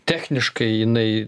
techniškai jinai